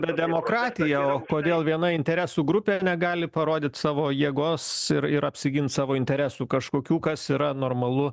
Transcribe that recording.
bet demokratija o kodėl viena interesų grupė negali parodyt savo jėgos ir ir apsigint savo interesų kažkokių kas yra normalu